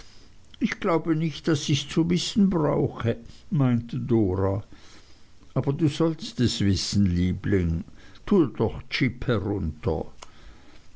ich glaube nicht daß ichs zu wissen brauche meinte dora aber du sollst es wissen liebling tue doch jip herunter